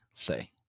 Say